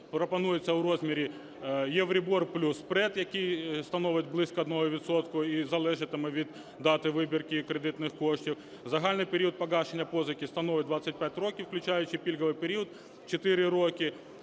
пропонується у розмірі Euribor plus spread, який становить близько 1 відсотка і залежатиме від дати вибірки і кредитних коштів. Загальний період погашення позики становить 25 років, включаючи пільговий період 4 роки.